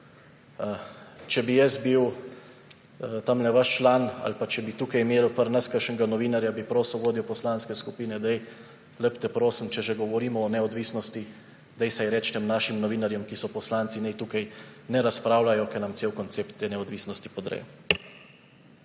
če bi jaz bil tamle vaš član ali če bi tukaj imeli pri nas kakšnega novinarja, bi prosil vodjo poslanske skupine: »Daj, lepo te prosim, če že govorimo o neodvisnosti, vsaj reči tem našim novinarjem, ki so poslanci, naj tukaj ne razpravljajo, ker nam cel koncept te neodvisnosti podrejo.«